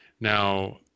Now